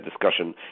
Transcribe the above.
discussion